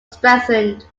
strengthened